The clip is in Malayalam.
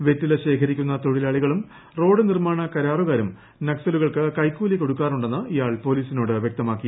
വെറ്റില ശേഖരിക്കുന്ന തൊഴിലാളികളും റോഡ് നിർമ്മാണ കരാറുകാരും നക്സലുകൾക്ക് കൈക്കൂലി കൊടുക്കാറുണ്ടെന്ന് ഇയാൾ പോലീസിനോട് വ്യക്തമാക്കി